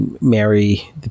marry